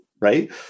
right